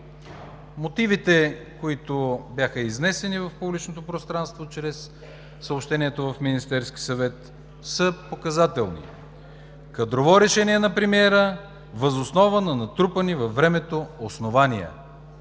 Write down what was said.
Мотивите, които бяха изнесени в публичното пространство чрез съобщението в Министерския съвет, са показателни: кадрово решение на премиера въз основа на натрупани във времето основания.